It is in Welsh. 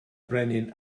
brenin